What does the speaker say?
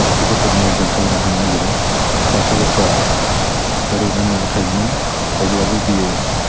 सासे गथ'नि इकजामपोल आं होनो नागिरो सासे गथ'आ ओरैनो न'वाव थायोमोन अब्लाबो बियो